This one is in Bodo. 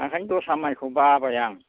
आखायनो दस्रा माइखौ बाबाय आं